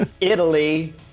Italy